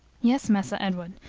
yes, massa edward,